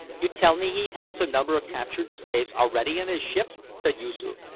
you tell me he has a number of captured slaves already in his ship? said yoosoof.